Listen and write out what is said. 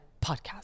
podcast